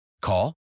Call